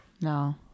No